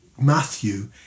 Matthew